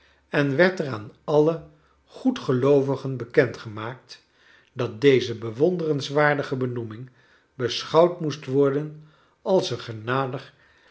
en werd er aan alio goedgeloovigen bekend gemaakt dat deze bewonderenswaardige benoeming beschouwd moest worden als een genadig